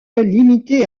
limité